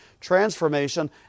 transformation